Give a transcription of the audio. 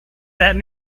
that